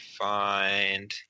find